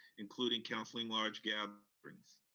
including counseling large gatherings.